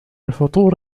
الفطور